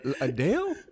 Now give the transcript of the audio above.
Adele